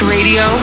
Radio